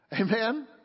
Amen